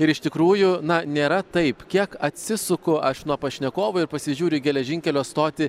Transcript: ir iš tikrųjų na nėra taip kiek atsisuku aš nuo pašnekovų ir pasižiūriu į geležinkelio stotį